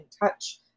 touch